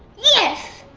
yes,